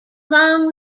along